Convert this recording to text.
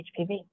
HPV